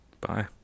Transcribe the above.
bye